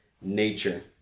nature